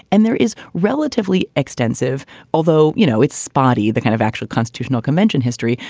and there is relatively extensive although, you know, it's spotty, that kind of actual constitutional convention history.